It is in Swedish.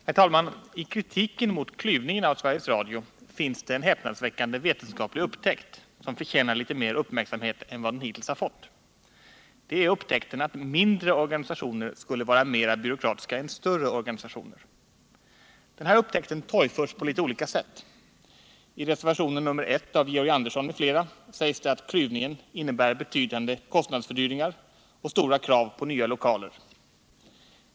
Herr talman! I kritiken mot klyvningen av Sveriges Radio finns det en häpnadsväckande vetenskaplig upptäckt som förtjänar litet mer uppmärksamhet än vad den hittills har fått. Det är upptäckten att mindre organisationer skulle vara mer byråkratiska än större organisationer. Den här upptäckten torgförs på litet olika sätt. I reservationen I av Georg Andersson m.fl. sägs att klyvningen innebär kostnadsfördyringar och stora krav på nya lokaler.